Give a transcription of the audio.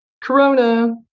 Corona